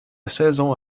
saison